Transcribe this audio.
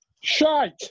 shite